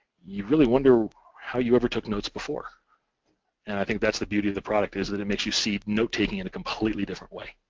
you really wonder how you ever took notes before and i think that's the beauty of the product is that it makes you see notetaking in a completely different way.